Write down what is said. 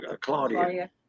Claudia